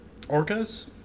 Orcas